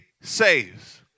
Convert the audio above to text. saves